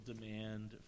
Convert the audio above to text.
demand